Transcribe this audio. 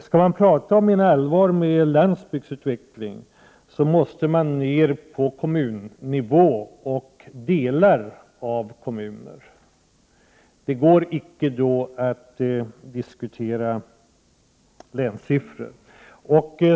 Skall man prata om och mena allvar med landsbygdens utveckling, måste man ned på kommunnivå och delar av kommuner. Det går icke då att diskutera länssiffror.